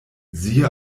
siehe